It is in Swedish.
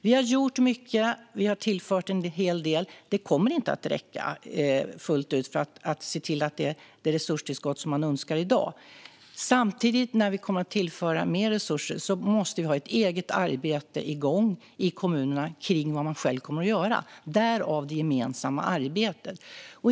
Vi har gjort mycket. Vi har tillfört en hel del. Det kommer inte att räcka fullt ut för det resurstillskott som man önskar i dag. Samtidigt måste vi när vi tillför mer resurser ha ett eget arbete igång i kommunerna kring vad de själva ska göra - därav det gemensamma arbetet.